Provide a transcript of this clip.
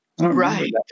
Right